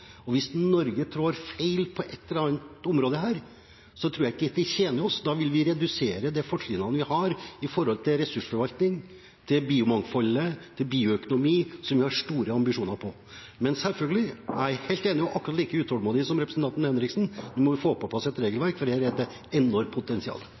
og hvis Norge trår feil på et eller annet område her, tror jeg ikke det tjener oss. Da vil vi redusere de fortrinnene vi har når det gjelder ressursforvaltning, biomangfold og bioøkonomi, som vi har store ambisjoner på. Men selvfølgelig: Jeg er helt enig med og akkurat like utålmodig som representanten Henriksen. Nå må vi få på plass et